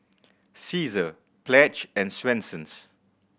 Cesar Pledge and Swensens